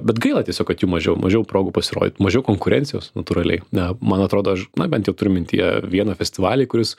bet gaila tiesiog kad jų mažiau mažiau progų pasirodyt mažiau konkurencijos natūraliai na man atrodo aš na bent jau turiu mintyje vieną festivalį kuris